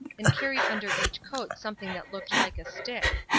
and carried under each coat something that looked like a stick.